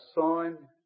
sign